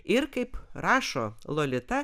ir kaip rašo lolita